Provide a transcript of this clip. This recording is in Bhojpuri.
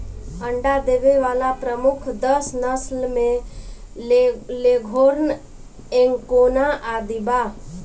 अंडा देवे वाला प्रमुख दस नस्ल में लेघोर्न, एंकोना आदि बा